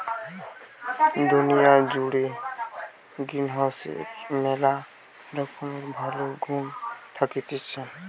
দুনিয়া জুড়ে গ্রিনহাউসের ম্যালা রকমের ভালো গুন্ থাকতিছে